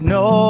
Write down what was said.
no